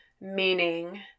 Meaning